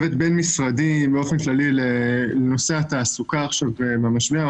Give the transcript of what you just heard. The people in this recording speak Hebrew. בין-משרדי באופן כללי לנושא התעסוקה עכשיו במשבר.